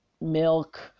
milk